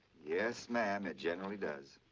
yes, ma'am, it generally does.